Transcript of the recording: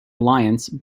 alliance